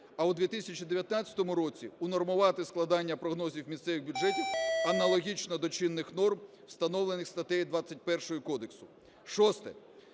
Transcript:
а у 2019 році унормувати складання прогнозів місцевих бюджетів аналогічно до чинних норм, встановлених статтею 21 кодексу. Шосте.